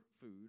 food